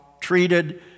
treated